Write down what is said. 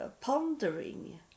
pondering